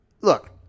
Look